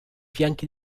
fianchi